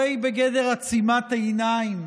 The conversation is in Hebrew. הרי היא בגדר עצימת עיניים